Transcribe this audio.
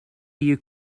you